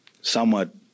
somewhat